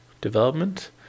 development